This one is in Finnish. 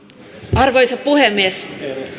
arvoisa puhemies